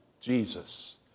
Jesus